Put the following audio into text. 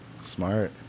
Smart